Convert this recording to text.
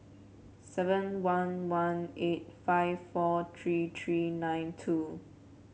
seven one one eight five four three three nine two